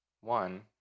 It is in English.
one